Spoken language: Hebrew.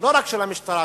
לא רק של רשויות המשטרה,